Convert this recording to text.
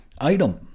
Item